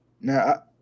Now